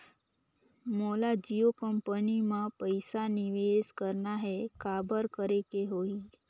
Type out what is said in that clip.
मोला जियो कंपनी मां पइसा निवेश करना हे, काबर करेके होही?